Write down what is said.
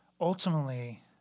Ultimately